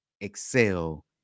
excel